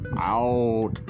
Out